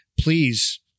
please